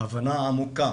הבנה עמוקה